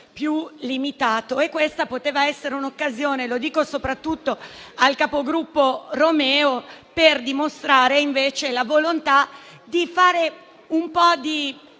Grazie,